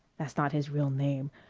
that's not his real name.